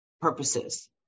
purposes